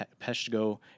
Peshtigo